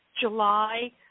July